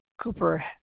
Cooper